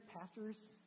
pastors